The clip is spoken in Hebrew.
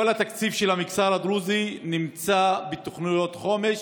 כל התקציב של המגזר הדרוזי נמצא בתוכניות חומש,